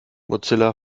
mozilla